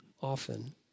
often